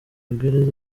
gereza